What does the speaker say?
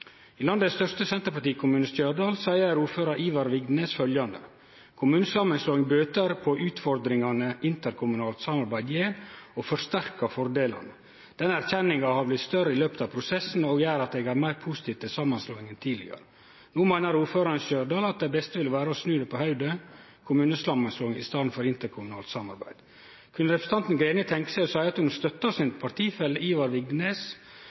I den største Senterparti-kommunen i landet, Stjørdal, seier ordførar Ivar Vigdenes: «Kommunesammenslåing bøter på utfordringene interkommunale samarbeid gir og forsterker fordelene. Den erkjennelsen har blitt større i løpet av prosessen, og gjør at jeg er mer positiv til sammenslåing nå enn tidligere.» No meiner ordføraren i Stjørdal at det beste ville vere å snu det på hovudet – kommunesamanslåing i staden for interkommunalt samarbeid. Kunne representanten Greni tenkje seg å seie at ho støttar partifellen Ivar